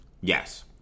Yes